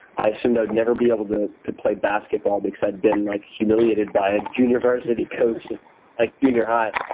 i assumed i would never be able to to play basketball because i'd been like humiliated by a junior varsity coach at like junior high,